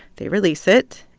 they release it.